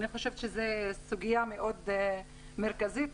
זאת סוגיה מרכזית מאוד,